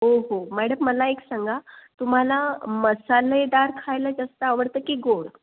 हो हो मॅडम मला एक सांगा तुम्हाला मसालेदार खायला जास्त आवडतं की गोड